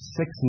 six